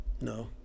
No